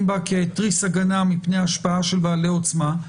בה תריס הגנה מפני השפעה של בעלי עוצמה.